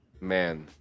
Man